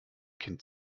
kind